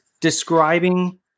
describing